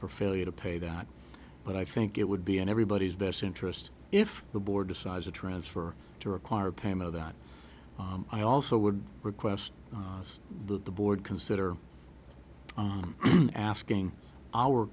for failure to pay that but i think it would be in everybody's best interest if the board decides to transfer to require payment that i also would request that the board consider asking our